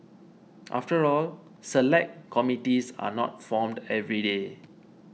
after all Select Committees are not formed every day